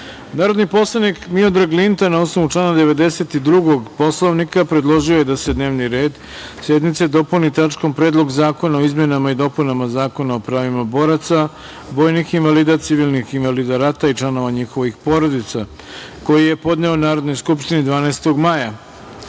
Predlog. Narodni poslanik Miodrag Linta, na osnovu člana 92. Poslovnika, predložio je da se dnevni red sednice dopuni tačkom – Predlog zakona o izmenama i dopunama Zakona o pravima boraca, vojnih invalida, civilnih invalida rata i članova njihovih porodica, koji je podneo Narodnoj skupštini 12. maja. Reč